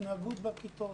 התנהגות בכיתות,